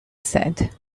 said